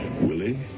Willie